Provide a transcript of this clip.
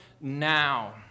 now